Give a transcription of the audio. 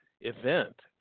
event